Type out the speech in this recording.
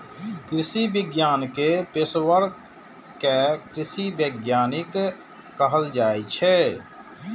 कृषि विज्ञान के पेशवर कें कृषि वैज्ञानिक कहल जाइ छै